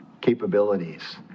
capabilities